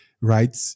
right